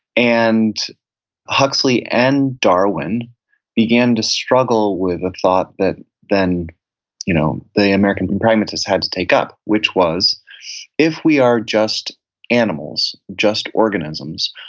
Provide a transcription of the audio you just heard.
and huxley and darwin began to struggle with a thought that then you know the american pragmatists had to take up, which was if we are just animals, just organisms,